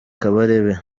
kabarebe